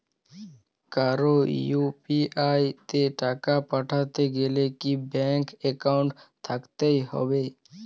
কারো ইউ.পি.আই তে টাকা পাঠাতে গেলে কি ব্যাংক একাউন্ট থাকতেই হবে?